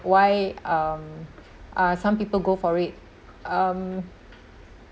why um uh some people go for it um